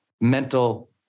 mental